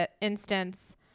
instance